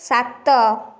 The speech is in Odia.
ସାତ